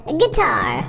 guitar